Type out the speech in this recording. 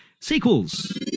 sequels